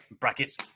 Brackets